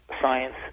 science